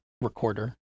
recorder